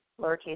lowercase